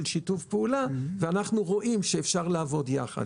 שיתוף פעולה ואנחנו רואים שאפשר לעבוד יחד,